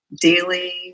daily